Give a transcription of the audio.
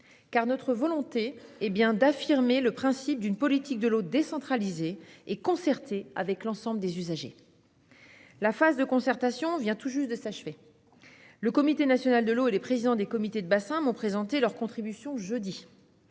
car notre volonté est bien d'affirmer le principe d'une politique de l'eau décentralisée et concertée avec l'ensemble des usagers. La phase de concertation vient tout juste de s'achever. Le Comité national de l'eau et les présidents des comités de bassin m'ont présenté leurs contributions jeudi